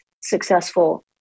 successful